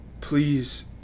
Please